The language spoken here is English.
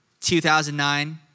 2009